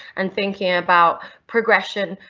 and thinking about progression,